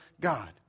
God